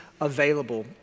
available